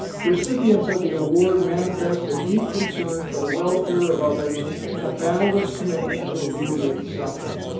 recipients of the award manifest a deep concern for the welfare of others, and a boundless commitment to alleviate suffering.